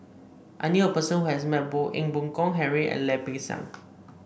I knew a person who has met both Ee Boon Kong Henry and Lim Peng Siang